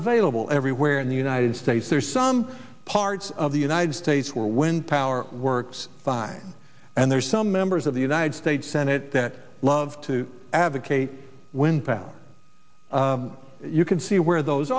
available everywhere in the united states there are some parts of the united states where wind power works by and there are some members of the united states senate that love to advocate when perhaps you can see where those